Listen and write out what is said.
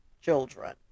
children